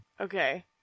Okay